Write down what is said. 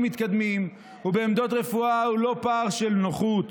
מתקדמים ובעמדות רפואה הוא לא פער של נוחות.